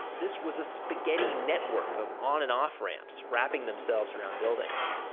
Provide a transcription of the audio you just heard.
this was a spaghetti network of on and off ramps wrapping themselves around buildings.